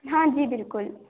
हाँ जी बिल्कुल